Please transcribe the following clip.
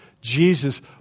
Jesus